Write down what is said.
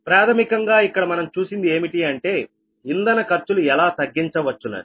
ప్రాథమికంగా ఇక్కడ మనం చూసింది ఏమిటి అంటే ఇంధన ఖర్చులు ఎలా తగ్గించవచ్చునని